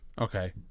Okay